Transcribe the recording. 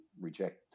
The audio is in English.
reject